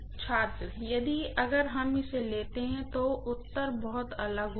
छात्र लेकिन अगर हम इसे लेते हैं तो उत्तर बहुत अलग होगा